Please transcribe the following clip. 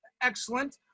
Excellent